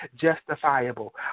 justifiable